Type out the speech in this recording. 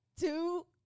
two